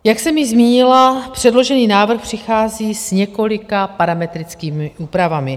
Jak jsem již zmínila, předložený návrh přichází s několika parametrickými úpravami.